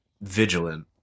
vigilant